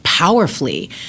Powerfully